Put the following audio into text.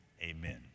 amen